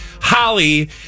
Holly